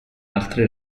altre